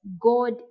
God